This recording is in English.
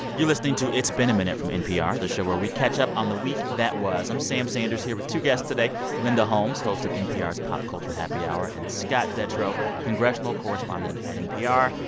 you're listening to it's been a minute from npr, the show where we catch up on the week that was. i'm sam sanders here with two guests today linda holmes, host of npr's pop culture happy hour, and scott detrow, congressional correspondent and at npr,